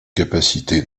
capacité